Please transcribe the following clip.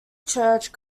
church